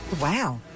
Wow